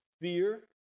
fear